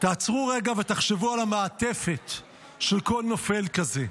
תעצרו רגע ותחשבו על המעטפת של כל נופל כזה,